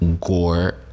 gore